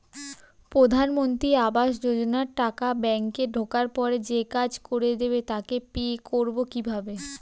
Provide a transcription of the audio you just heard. প্রধানমন্ত্রী আবাস যোজনার টাকা ব্যাংকে ঢোকার পরে যে কাজ করে দেবে তাকে পে করব কিভাবে?